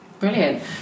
Brilliant